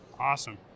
Awesome